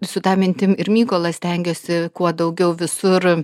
su ta mintim ir mykolą stengiuosi kuo daugiau visur